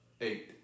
Eight